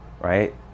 right